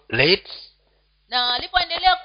late